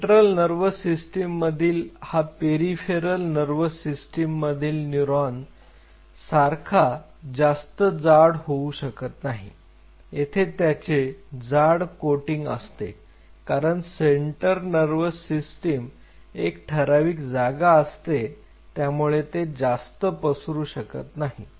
central nervous system मधील हा peripheral nervous system मधील न्यूरॉन सारखा जास्त जाड होऊ शकत नाही तेथे त्याचे जाड कोटिंग असते कारण सेंटर नर्व्हस सिस्टिम एक ठराविक जागा असते त्यामुळे ते जास्त पसरू शकत नाही